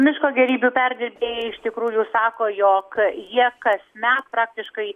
miško gėrybių perdirbėjai iš tikrųjų sako jog jie kasmet praktiškai